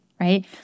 right